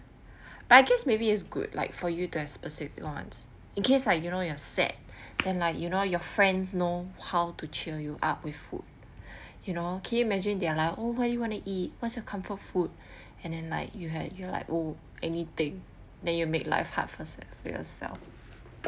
but I guess maybe is good like for you to have specific ones in case like you know you're sad and like you know your friends know how to cheer you up with food you know can you imagine they're like oh why you want to eat what's your comfort food and then like you had you like oh anything then you make life hard for for yourself